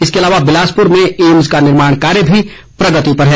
इसके अलावा बिलासपुर में ऐम्स का निर्माण कार्य भी प्रगति पर है